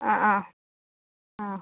ആ ആ